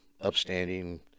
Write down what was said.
upstanding